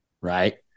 right